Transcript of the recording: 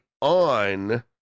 on